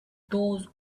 those